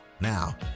Now